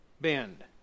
bend